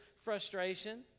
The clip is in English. frustration